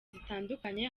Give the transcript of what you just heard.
zitandukanye